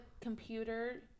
computer